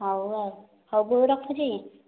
ହଉ ଆଉ ହଉ ବୋଉ ରଖୁଛି